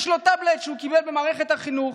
יש לו טאבלט שהוא קיבל במערכת החינוך,